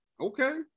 Okay